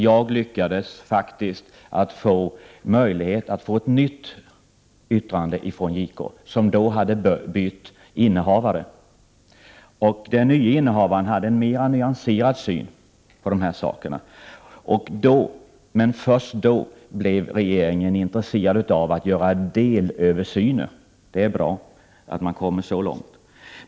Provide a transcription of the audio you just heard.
Jag lyckades faktiskt skapa möjlighet att få ett nytt yttrande från JK; ämbetet hade då bytt innehavare. Den nya innehava ren hade en mera nyanserad syn på dessa frågor. Då, men först då, blev regeringen intresserad av att göra delöversyner. Det är bra att man har kommit så långt.